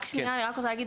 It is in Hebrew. אני רוצה להגיד